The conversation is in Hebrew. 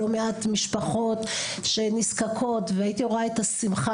לא מעט משפחות שנזקקות והייתי רואה את השמחה